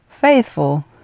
faithful